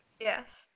Yes